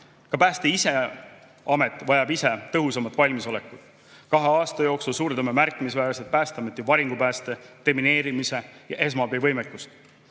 Ka Päästeamet ise vajab tõhusamat valmisolekut. Kahe aasta jooksul suurendame märkimisväärselt Päästeameti varingupääste, demineerimise ja esmaabi võimekust.